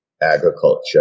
agriculture